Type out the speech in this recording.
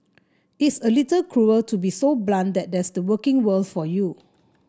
it's a little cruel to be so blunt but that's the working world for you